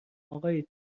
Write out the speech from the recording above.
اقای